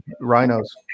rhinos